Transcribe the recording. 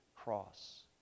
cross